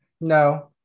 No